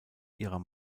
ihrer